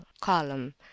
column